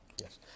Yes